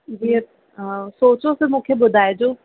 जीअं सोचो फ़िर मूंखे ॿुधाइजो